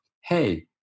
hey